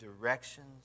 directions